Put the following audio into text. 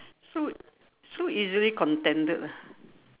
so so easily contended ah